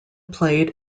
played